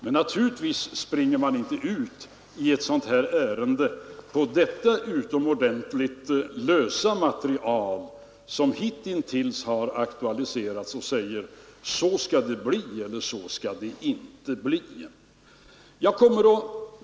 Men i ett sådant här ärende och på det utomordentligt lösa material som hittills har aktualiserats springer man självfallet inte ut och säger att så skall det bli och så skall det inte bli.